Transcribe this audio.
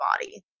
body